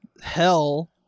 hell